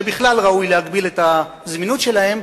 שבכלל ראוי להגביל את הזמינות שלהם,